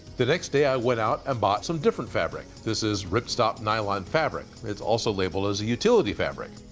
the next day, i went out and ah bought some different fabric. this is rip stop nylon fabric. it's also labeled as a utility fabric.